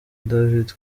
david